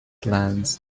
glance